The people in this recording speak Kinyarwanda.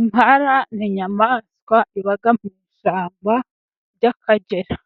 Impara ni inyamaswa iba mu ishyamba ry'Akagera,